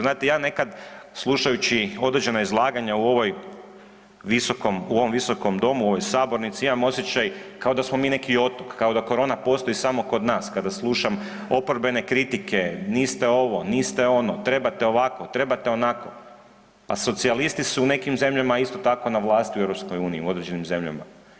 Znate ja nekad slušajući određena izlaganja u ovoj visokoj, u ovom visokom domu, u ovoj sabornici imam osjećaj kao da smo mi neki otok, kao da korona postoji samo kod nas, kada slušam oporbene kritike, niste ovo, niste ono, trebate ovako, trebate onako, a socijalisti su u nekim zemljama isto tako na vlasti u EU u određenim zemljama.